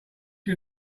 you